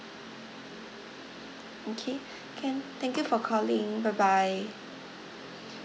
okay can thank you for calling bye bye